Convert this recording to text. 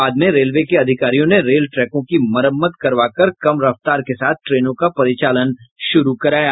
बाद में रेलवे के अधिकारियों ने रेल ट्रैकों की मरम्मत करवाकर कम रफ्तार के साथ ट्रेनों का परिचालन शुरू कराया